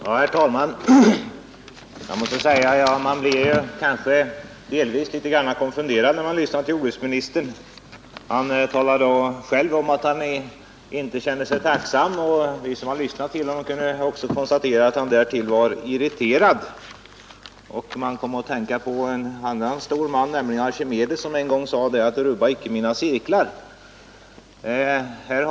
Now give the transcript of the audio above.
Herr talman! Man blir kanske delvis litet konfunderad när man lyssnar till jordbruksministern. Han talar själv om att han inte känner sig tacksam, och vi som har hört på honom kan konstatera att han därtill är irriterad. Man kommer att tänka på en annan stor man, nämligen Arkimedes, som en gång sade: Rubba icke mina cirklar!